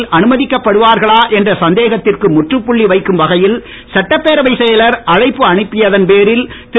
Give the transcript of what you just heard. நியமன அனுமதிக்கப்படுவார்களா என்ற சந்தேகத்திற்கு முற்றுப்புள்ளி வைக்கும் வகையில் சட்டப்பேரவைச் செயலர் அழைப்பு அனுப்பியதன் பேரில் திரு